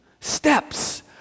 steps